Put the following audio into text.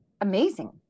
Amazing